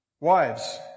Wives